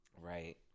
Right